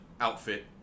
outfit